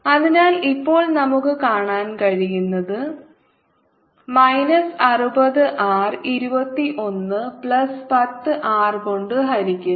അതിനാൽ ഇപ്പോൾ നമുക്ക് കാണാൻ കഴിയുന്നത് മൈനസ് അറുപത് ആർ 21 പ്ലസ് 10 ആർ കൊണ്ട് ഹരിക്കുന്നു